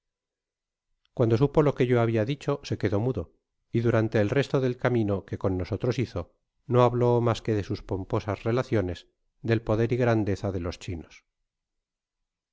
guando supo lo que yo habla dicho se quedó mudo y durante eí reste del camine que con nosotros hizo no habló mas qae de sus pomposas relaciones del poder y grandeza de los chinos